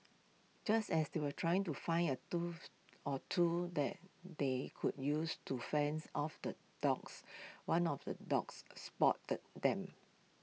just as they were trying to find A tools or two that they could use to fends off the dogs one of the dogs A spotted them